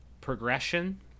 progression